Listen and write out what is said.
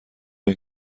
این